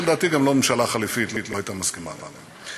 ולדעתי גם ממשלה חלופית לא הייתה מסכימה להם.